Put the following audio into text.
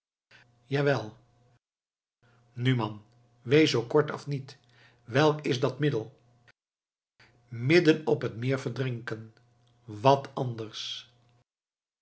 jawel nu man wees zoo kortaf niet welk is dat middel midden op het meer verdrinken wat anders